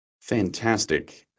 Fantastic